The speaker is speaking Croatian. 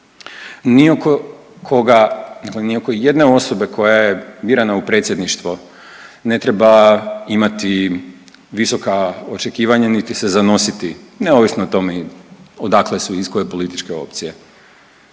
ni oko jedne osobe koja je birana u predsjedništvo ne treba imati visoka očekivanja, niti se zanositi neovisno o tome i odakle su i iz koje političke opcije,